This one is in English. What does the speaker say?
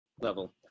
level